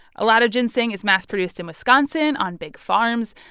a lot of ginseng is mass-produced in wisconsin on big farms,